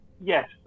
Yes